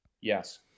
yes